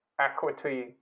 equity